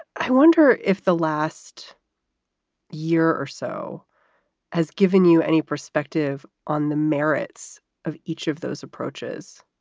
i wonder if the last year or so has given you any perspective on the merits of each of those approaches?